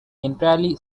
entirely